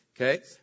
Okay